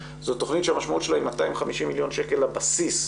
זו תכנית שמשמעותה היא 250 מיליון שקל לבסיס.